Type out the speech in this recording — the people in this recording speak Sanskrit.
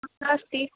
अत्र अस्ति